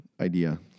idea